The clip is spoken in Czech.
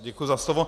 Děkuji za slovo.